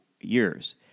years